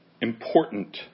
important